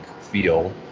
feel